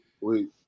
Wait